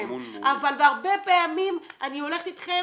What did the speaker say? אבל בהרבה פעמים אני הולכת אתכם